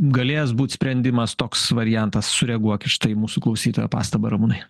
galėjęs būt sprendimas toks variantas sureaguok į štai mūsų klausytojo pastabą ramūnai